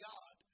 God